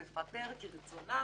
לפטר כרצונם,